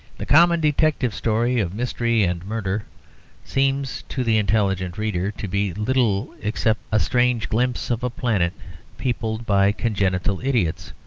the common detective story of mystery and murder seems to the intelligent reader to be little except a strange glimpse of a planet peopled by congenital idiots,